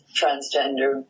transgender